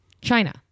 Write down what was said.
china